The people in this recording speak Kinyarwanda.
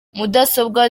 mudasobwa